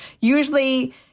usually